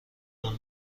اون